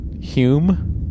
Hume